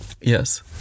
Yes